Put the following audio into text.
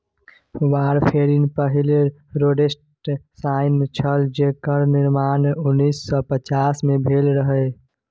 warfarin पहिल rodenticide छल जेकर निर्माण उन्नैस सय पचास मे भेल रहय